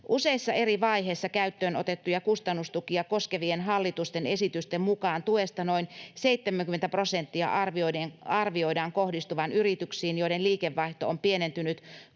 Useissa eri vaiheissa käyttöön otettuja kustannustukia koskevien hallitusten esitysten mukaan tuesta noin 70 prosenttia arvioidaan kohdistuvan yrityksiin, joiden liikevaihto on pienentynyt covid-19-pandemian